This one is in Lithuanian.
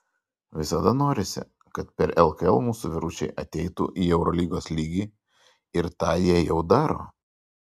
visada norisi kad per lkl mūsų vyručiai ateitų į eurolygos lygį ir tą jie jau daro